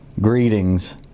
Greetings